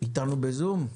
איתנו בזום.